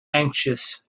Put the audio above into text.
anxious